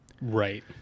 right